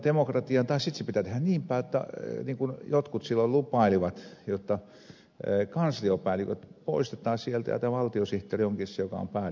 tai sitten se pitää tehdä niinpäin niin kuin jotkut silloin lupailivat jotta kansliapäälliköt poistetaan sieltä ja tämä valtiosihteeri onkin se joka on päällikkö sitten niissä putiikeissa